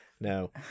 no